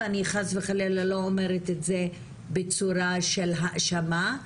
ואני חס וחלילה לא אומרת את זה בצורה של האשמה,